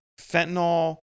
Fentanyl